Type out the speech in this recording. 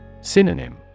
Synonym